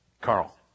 Carl